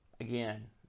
Again